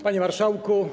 Panie Marszałku!